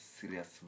serious